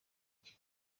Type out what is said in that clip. iki